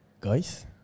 Guys